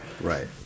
Right